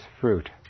fruit